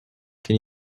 can